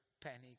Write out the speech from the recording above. panic